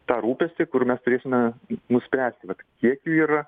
tą rūpestį kur mes turėsime nuspręsti vat kiek jų yra